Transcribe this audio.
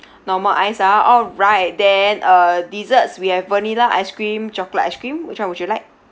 normal ice ah alright then uh desserts we have vanilla ice cream chocolate ice cream which one would you like